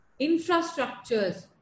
infrastructures